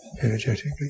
energetically